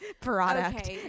product